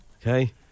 Okay